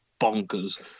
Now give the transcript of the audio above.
bonkers